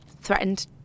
threatened